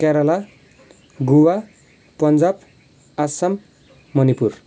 Kerala Goa Punjab Assam Manipur